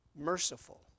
merciful